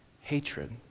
hatred